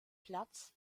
platz